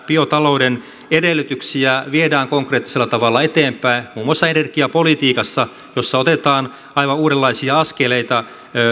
biotalouden edellytyksiä viedään konkreettisella tavalla eteenpäin muun muassa energiapolitiikassa jossa otetaan aivan uudenlaisia askeleita